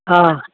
हँ